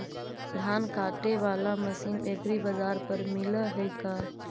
धान काटे बाला मशीन एग्रीबाजार पर मिल है का?